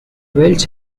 welch